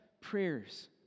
prayers